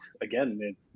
again